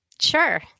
Sure